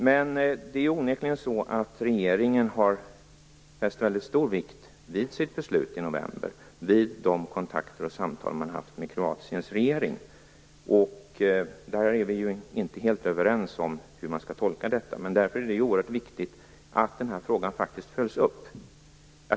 Men det är onekligen så att regeringen har fäst väldigt stor vikt vid sitt beslut i november under de kontakter och samtal man haft med Kroatiens regering. Där är vi inte helt överens om hur man skall tolka detta. Därför är det oerhört viktigt att den här frågan följs upp.